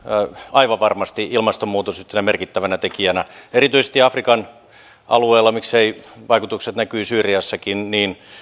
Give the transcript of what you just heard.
aivan varmasti ilmastonmuutos yhtenä merkittävänä tekijänä erityisesti afrikan alueella ja mikseivät vaikutukset näkyisi syyriassakin